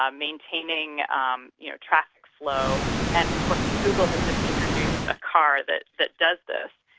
um maintaining um you know traffic flow and of course google have just introduced a car that that does this,